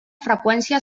freqüència